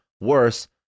worse